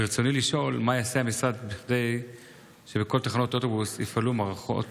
ברצוני לשאול: מה יעשה המשרד כדי שבכל תחנות האוטובוס יפעלו מערכות